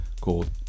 called